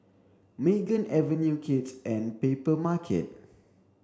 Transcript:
Megan Avenue Kids and Papermarket